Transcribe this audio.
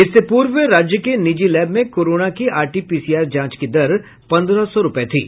इससे पूर्व राज्य के निजी लैब में कोरोना की आरटी पीसीआर जांच की दर पन्द्रह सौ रूपये थी